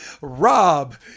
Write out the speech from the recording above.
rob